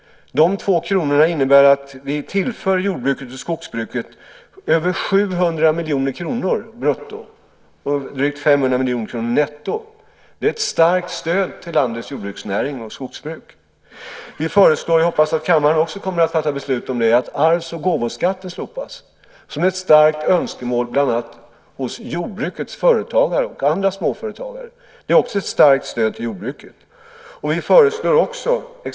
De två kronorna innebär att vi tillför jord och skogsbruken över 700 miljoner kronor brutto; det blir drygt 500 miljoner kronor netto. Det är ett starkt stöd till landets jordbruksnäring och skogsbruk. Vi föreslår också att arvs och gåvoskatten slopas, vilket är ett starkt önskemål bland annat hos jordbrukets företagare och andra småföretagare. Jag hoppas att kammaren kommer att fatta beslut även om detta. Också det ger ett starkt stöd till jordbruket.